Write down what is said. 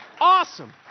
Awesome